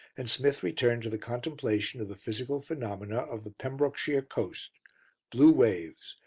and smith returned to the contemplation of the physical phenomena of the pembrokeshire coast blue waves,